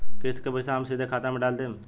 किस्त के पईसा हम सीधे खाता में डाल देम?